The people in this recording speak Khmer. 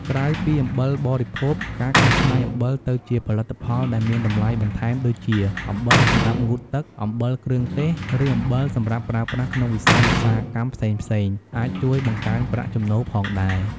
ក្រៅពីអំបិលបរិភោគ ការកែច្នៃអំបិលទៅជាផលិតផលដែលមានតម្លៃបន្ថែម ដូចជា អំបិលសម្រាប់ងូតទឹក អំបិលគ្រឿងទេស ឬអំបិលសម្រាប់ប្រើប្រាស់ក្នុងវិស័យឧស្សាហកម្មផ្សេងៗ អាចជួយបង្កើនប្រាក់ចំណូលផងដែរ។